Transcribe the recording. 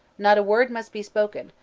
not a word must be spoken,